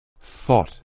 Thought